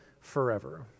forever